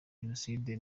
jenoside